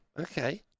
okay